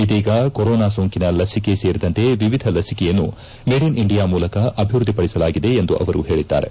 ಇದೀಗ ಕೊರೋನಾ ಸೋಂಕಿನ ಲಸಿಕೆ ಸೇರಿದಂತೆ ವಿವಿಧ ಲಸಿಕೆಯನ್ನು ಮೇಡ್ ಇನ್ ಇಂಡಿಯಾ ಮೂಲಕ ಅಭಿವ್ಯಧಿ ಪಡಿಸಲಾಗಿದೆ ಎಂದು ಅವರು ಪೇಳದ್ದಾರೆ